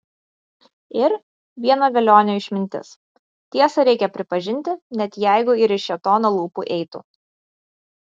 ir vieno velionio išmintis tiesą reikia pripažinti net jeigu ir iš šėtono lūpų eitų